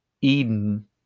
Eden